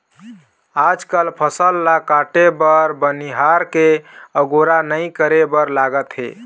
आजकाल फसल ल काटे बर बनिहार के अगोरा नइ करे बर लागत हे